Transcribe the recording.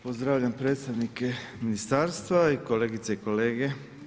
Pozdravljam predstavnike ministarstva i kolegice i kolege.